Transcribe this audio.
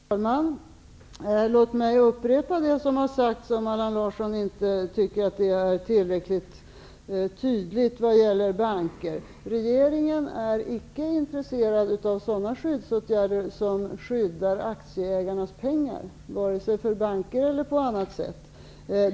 Fru talman! Låt mig upprepa det som har sagts, om Allan Larsson inte tycker att det är tillräckligt tydligt vad gäller banker. Regeringen är icke intresserad av sådana skyddsåtgärder som värnar om aktieägarnas pengar, varken för banker eller på annat sätt.